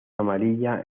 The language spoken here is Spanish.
amarilla